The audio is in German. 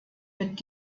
mit